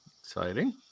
Exciting